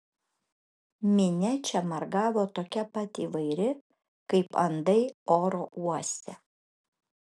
minia čia margavo tokia pat įvairi kaip andai oro uoste